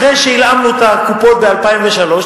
אחרי שהלאמנו את הקופות ב-2003,